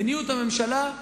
מדיניות הממשלה,